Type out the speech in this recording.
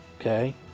Okay